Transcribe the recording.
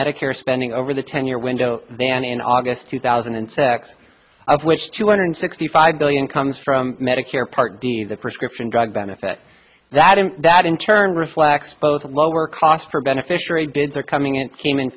medicare spending over the ten year window than in august two thousand and six of which two hundred sixty five billion comes from medicare part d the prescription drug benefit that and that in turn reflects both lower costs for beneficiary bids are coming it came in